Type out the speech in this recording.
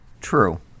True